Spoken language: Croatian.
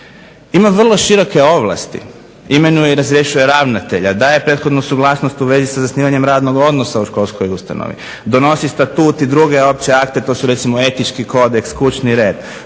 Ima vrlo široke ovlasti – imenuje i razrješuje ravnatelja, daje prethodnu suglasnost u vezi sa zasnivanjem radnog odnosa u školskoj ustanovi, donosi Statut i druge opće akte. To su recimo etički kodeks, kućni red,